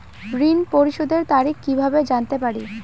ঋণ পরিশোধের তারিখ কিভাবে জানতে পারি?